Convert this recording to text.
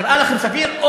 נראה לכם סביר?